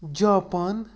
Japan